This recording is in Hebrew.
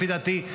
לפי דעתי,